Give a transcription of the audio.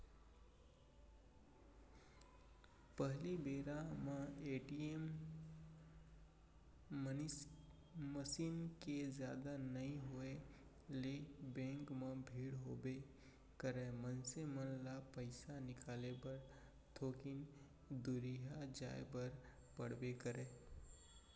पहिली बेरा म ए.टी.एम मसीन के जादा नइ होय ले बेंक म भीड़ होबे करय, मनसे मन ल पइसा निकाले बर थोकिन दुरिहा जाय बर पड़बे करय